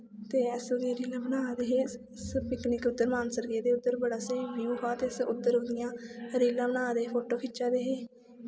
ते अस बी रीलां बनाऽ दे हे अस पिकनिक उद्धर मानसर गेदे हे उद्धर बड़ा स्हेई वियू हा ते उद्धर इ'यां रीलां बनाऽ दे हे फोटो खिच्चा दे हे